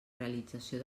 realització